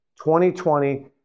2020